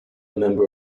member